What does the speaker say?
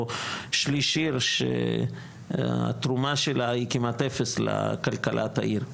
שליש עיר שהתרומה שלה היא כמעט אפס לכלכלת העיר.